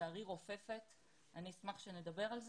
לצערי רופפת, אני אשמח שנדבר על זה,